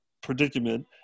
predicament